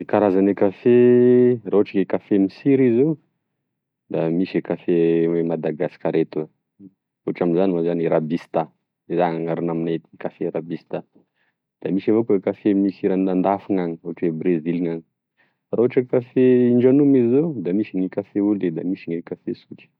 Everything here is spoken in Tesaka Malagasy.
Karazagne kafe ra ohatry kafe misiry izy zao da misy e kafe a Madagasikara etoa ohatry amzany moa zany rabista za- anara aminay ety kafe rabista da misy avao koa kafe ra misy ranandafy agny ohatry oe brezily ny any fa ohatry hoe kafe indranomy zao da misy gne kafe au lait da misy gne kafe sotra